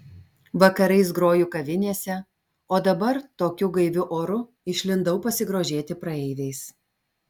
vakarais groju kavinėse o dabar tokiu gaiviu oru išlindau pasigrožėti praeiviais